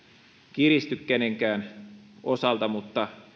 kiristy kenenkään osalta mutta